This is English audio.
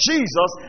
Jesus